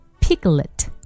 piglet